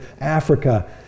Africa